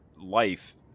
life